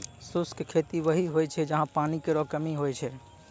शुष्क खेती वहीं होय छै जहां पानी केरो कमी होय छै